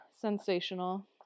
sensational